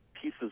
Pieces